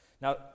Now